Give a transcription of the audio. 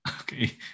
Okay